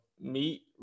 meet